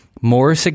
more –